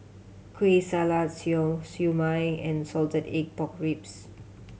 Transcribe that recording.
Kueh Salat siew su mai and salted egg pork ribs